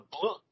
blue